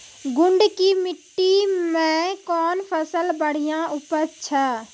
गुड़ की मिट्टी मैं कौन फसल बढ़िया उपज छ?